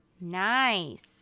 Nice